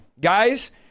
Guys